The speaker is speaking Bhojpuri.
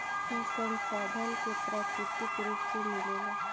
ई संसाधन के प्राकृतिक रुप से मिलेला